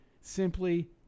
simply